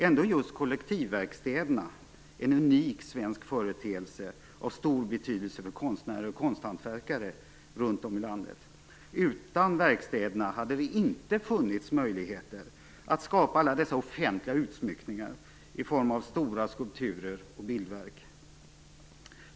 Ändå är just kollektivverkstäderna en unik svensk företeelse av stor betydelse för konstnärer och konsthantverkare runt om i landet. Utan verkstäderna hade det inte funnits möjligheter att skapa alla dessa offentliga utsmyckningar i form av stora skulpturer och bildverk.